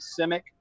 simic